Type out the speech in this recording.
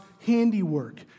handiwork